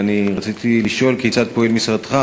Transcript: ואני רציתי לשאול: כיצד פועל משרדך